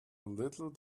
little